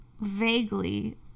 Vaguely